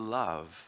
love